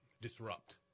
disrupt